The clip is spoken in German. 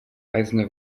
eisene